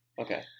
Okay